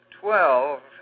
twelve